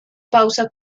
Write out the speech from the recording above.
pausa